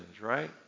right